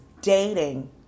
dating